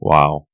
Wow